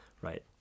right